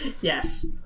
yes